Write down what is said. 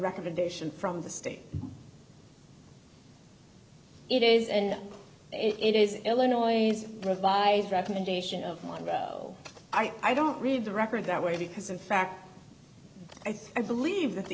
recommendation from the state it is and it is illinois revised recommendation of model i don't read the record that way because in fact i believe that the